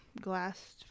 glass